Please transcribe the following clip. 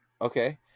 Okay